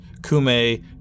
Kume